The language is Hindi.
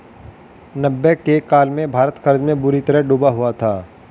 नब्बे के काल में भारत कर्ज में बुरी तरह डूबा हुआ था